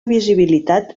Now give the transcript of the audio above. visibilitat